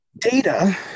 data